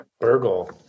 Burgle